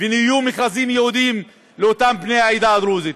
ונהיו מכרזים ייעודים לאותם בני העדה הדרוזית.